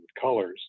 colors